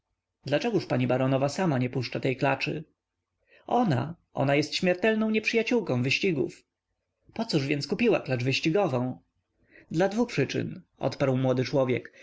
dlaczegóż pani baronowa sama nie puszcza tej klaczy ona ona jest śmiertelną nieprzyjaciółką wyścigów pocóż więc kupiła klacz wyścigową dla dwu przyczyn odparł młody człowiek